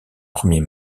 premier